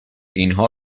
اینها